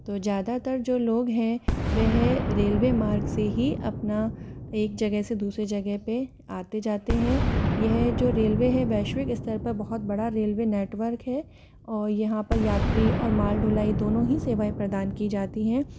तो ज़्यादातर जो लोग हैं वह रेलवे मार्ग से ही अपना एक जगह से दूसरे जगह पर आते जाते हैं यह जो रेलवे है वैश्विक स्तर पर बहुत बड़ा रेलवे नेटवर्क है और यहाँ पर यात्री और मालढुलाई दोनों ही सेवाएँ प्रदान की जाती हैं